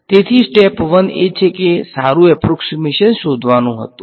તેથી સ્ટેપ 1એ છે કે સારું એપ્રોક્ષીમેશન શોધવાનું હતું